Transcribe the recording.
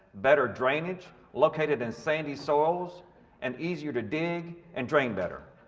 better drainage, located in sandy soils and easier to dig and drain better.